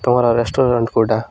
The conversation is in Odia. ତୁମର ରେଷ୍ଟୁରାଣ୍ଟ କେଉଁଟା